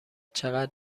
چقدر